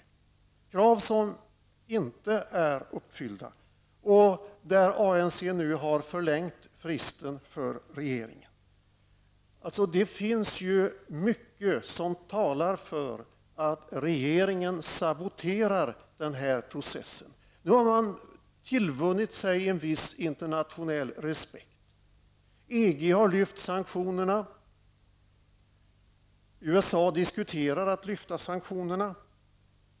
Detta är krav som inte har uppfyllts. ANC har nu förlängt fristen för regeringen. Det finns alltså mycket som talar för att regeringen saboterar den här processen. Nu har man tillvunnit sig en viss internationell respekt. EG har lyft sanktionerna, och USA diskuterar att lyfta sanktionerna.